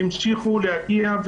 המשיכו להגיע.